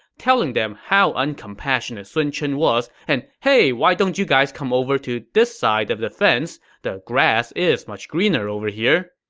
telling them how uncompassionate sun chen was and hey why don't you guys come over to this side of the fence. the grass is much greener over here.